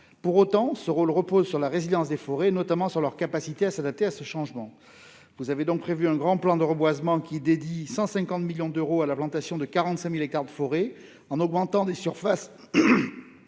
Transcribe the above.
Pour autant, ce rôle repose sur la résilience des forêts, notamment sur leur capacité à s'adapter à ce changement. Vous avez donc prévu un grand plan de reboisement allouant 150 millions d'euros à la plantation de 45 000 hectares de forêt afin d'augmenter les surfaces